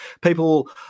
people